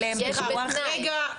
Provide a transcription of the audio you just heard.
רגע,